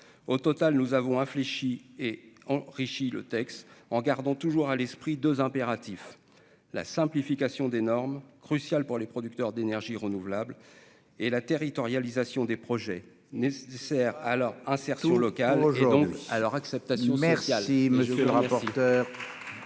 au total nous avons infléchie et enrichi le texte en gardant toujours à l'esprit 2 impératifs, la simplification des normes crucial pour les producteurs d'énergie renouvelables et la territorialisation des projets nécessaires à leur insertion locale aujourd'hui à leur acceptation merci, allez, monsieur le rapporteur.